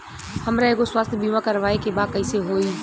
हमरा एगो स्वास्थ्य बीमा करवाए के बा कइसे होई?